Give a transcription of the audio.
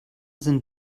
sind